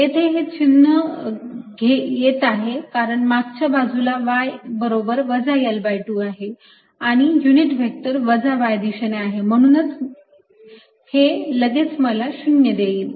इथे हे चिन्ह येत आहे कारण मागच्या बाजूला y बरोबर वजा L2 आहे आणि युनिट व्हेक्टर वजा y दिशेने आहे आणि म्हणून हे लगेच मला 0 देईल